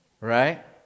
Right